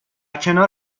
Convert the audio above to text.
کنار